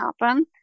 happen